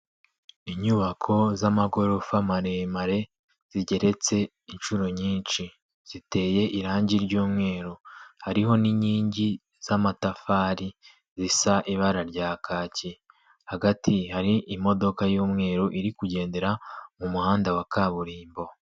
Inyubako z'amagorofa maremare, zigeretse inshuro nyinshi. Ziteye irangi ry'umweru. Hariho n'inkingi z'amatafari zisa ibara rya kaki. Hagati hari imodoka y'umweru, iri kugendera mu muhanda wa kaburimbo.